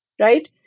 right